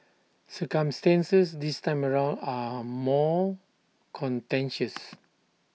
circumstances this time around are more contentious